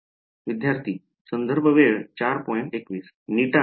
विद्यार्थीः